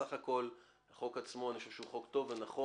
בסך הכול החוק עצמו הוא חוק נכון וטוב.